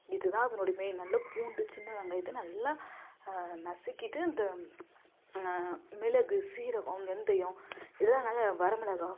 இதுதான் அதனுடைய மெயின் நல்ல பூண்டு சின்ன வெங்காயத்தை நல்லா நசுக்கிவிட்டு இந்த மிளகு சீரகம் வெந்தயம் இதெல்லாம் நல்ல வர மிளகாய்